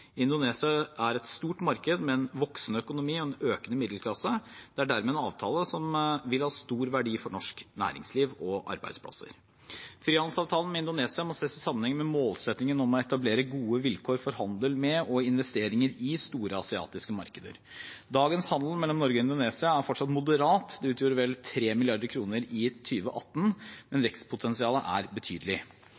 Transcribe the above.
Indonesia er et stort marked med voksende økonomi og en økende middelklasse. Det er dermed en avtale som vil ha stor verdi for norsk næringsliv og arbeidsplasser. Frihandelsavtalen med Indonesia må ses i sammenheng med målsettingen om å etablere gode vilkår for handel med og investeringer i store asiatiske markeder. Dagens handel mellom Norge og Indonesia er fortsatt moderat og utgjorde vel 3 mrd. kr i 2018, men